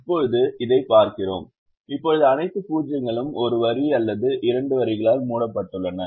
இப்போது இதைப் பார்க்கிறோம் இப்போது அனைத்து 0 களும் ஒரு வரி அல்லது இரண்டு வரிகளால் மூடப்பட்டுள்ளன